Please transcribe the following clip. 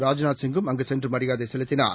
ராஜ்நாத் சிங்கும் அங்கு சென்று மரியாதை செலுத்தினார்